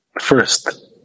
first